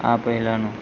આ પહેલાંનું